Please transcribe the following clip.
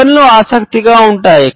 వివరణలు ఆసక్తిగా ఉంటాయి